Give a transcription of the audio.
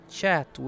chat